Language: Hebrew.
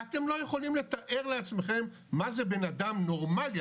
אתם לא יכולים לתאר לעצמכם מה זה בן אדם נורמאלי,